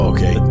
Okay